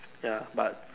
ya but